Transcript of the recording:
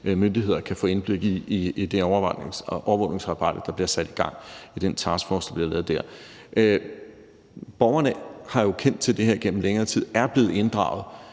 myndigheder kan få, i det overvågningsarbejde, der bliver sat i gang i den taskforce, der bliver lavet dér. Borgerne har jo kendt til det her igennem længere tid og er blevet inddraget.